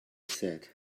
said